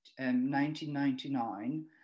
1999